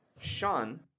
Sean